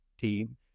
team